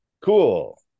cool